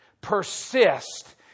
persist